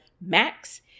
Max